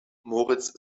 moritz